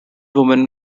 women